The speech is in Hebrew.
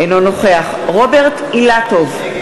אינו נוכח רוברט אילטוב,